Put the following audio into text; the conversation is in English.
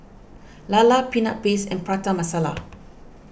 Lala Peanut Paste and Prata Masala